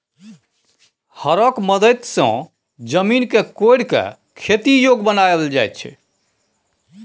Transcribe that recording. हरक मदति सँ जमीन केँ कोरि कए खेती जोग बनाएल जाइ छै